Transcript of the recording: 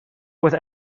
with